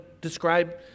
describe